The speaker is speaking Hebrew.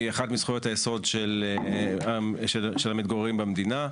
היא אחת מזכויות היסוד של המתגוררים במדינה.